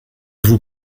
vous